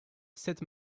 sept